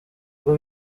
ubwo